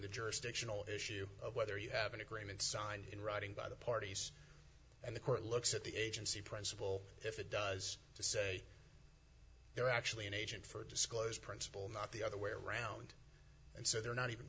the jurisdictional issue of whether you have an agreement signed in writing by the parties and the court looks at the agency principle if it does to say they're actually an agent for disclosure principle not the other way around and so they're not even